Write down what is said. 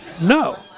no